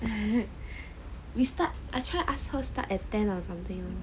then we start I try ask her start at ten or something